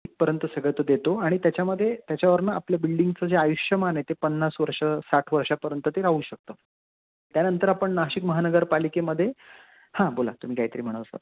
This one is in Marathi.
इथपर्यंत सगळं देतो आणि त्याच्यामध्ये त्याच्यावरनं आपल्या बिल्डिंगचं जे आयुष्यमान आहे ते पन्नास वर्ष साठ वर्षापर्यंत ते राहू शकतं त्यानंतर आपण नाशिक महानगरपालिकेमध्ये हां बोला तुम्ही कायतरी म्हणत होता